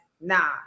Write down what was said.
Nah